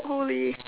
holy